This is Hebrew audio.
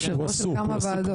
יושב ראש של כמה ועדות?